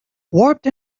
wrapped